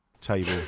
table